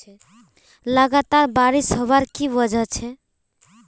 लगातार बारिश होबार की वजह छे?